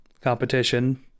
competition